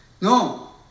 No